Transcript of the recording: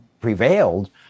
prevailed